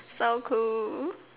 so cool